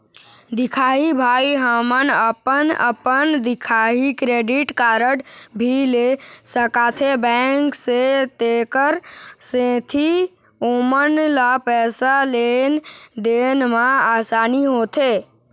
दिखाही भाई हमन अपन अपन दिखाही क्रेडिट कारड भी ले सकाथे बैंक से तेकर सेंथी ओमन ला पैसा लेन देन मा आसानी होथे?